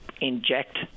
inject